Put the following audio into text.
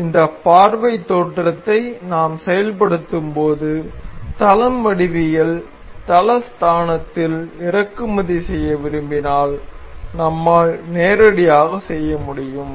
இந்த பார்வை தோற்றத்தை நாம் செயல்படுத்தும்போது தளம் வடிவியல் தள ஸ்தானத்தில் இறக்குமதி செய்ய விரும்பினால் நம்மால் நேரடியாக செய்ய முடியும்